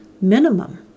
minimum